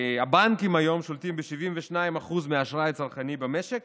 הבנקים שולטים היום ב-72% מהאשראי הצרכני במשק